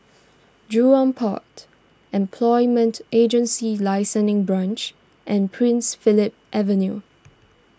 Jurong Port Employment Agency Licensing Branch and Prince Philip Avenue